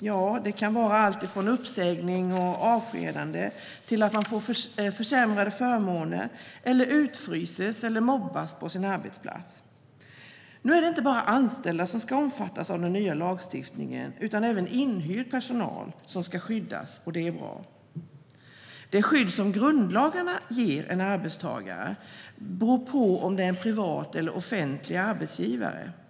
Ja, det kan vara allt från uppsägning och avskedande till försämrade förmåner eller utfrysning eller mobbning på arbetsplatsen. Det är inte bara anställda som ska omfattas av den nya lagstiftningen, utan även inhyrd personal ska skyddas, och det är bra. Det skydd som grundlagarna ger en arbetstagare beror på om det är en privat eller offentlig arbetsgivare.